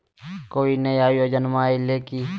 कोइ नया योजनामा आइले की?